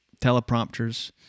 teleprompters